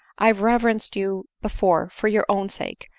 i reverenced you before for your own sake,